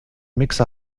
mixer